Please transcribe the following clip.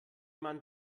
man